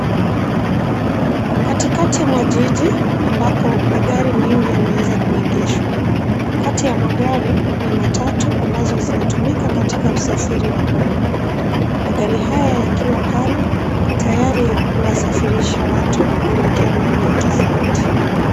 Katikati mwa jiji ambako magari mengi yameweza kuegeshwa. Kati ya magari ni matatu ambazo zinatumika katika usafiri wa umma. Magari haya yakiwa pale tayari kuwasafirisha watu kuelekea maeneo tofauti.